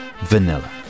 vanilla